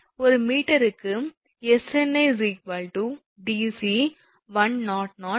1 மீட்டருக்கு 𝑆𝑛𝑖𝑑𝑐100×1 𝑚2𝑚